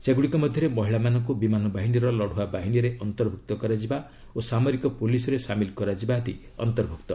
ସେଗୁଡ଼ିକ ମଧ୍ୟରେ ମହିଳାମାନଙ୍କୁ ବିମାନ ବାହିନୀର ଲଢୁଆ ବାହିନୀରେ ଅନ୍ତର୍ଭୁକ୍ତ କରାଯିବା ଓ ସାମରିକ ପୁଲିସ୍ରେ ସାମିଲ୍ କରାଯିବା ଆଦି ଅନ୍ତର୍ଭୁକ୍ତ